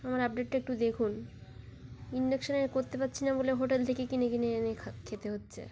আমার আপডেটটা একটু দেখুন ইন্ডাকশনে করতে পারছি না বলে হোটেল থেকে কিনে কিনে এনে খা খেতে হচ্ছে